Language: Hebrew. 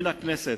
מן הכנסת,